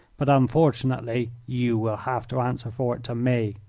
but, unfortunately, you will have to answer for it to me.